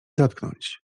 dotknąć